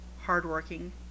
hard-working